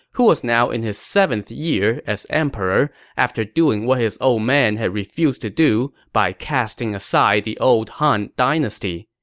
who was now in his seventh year as emperor after doing what his old man refused to do by casting aside the old han dynasty.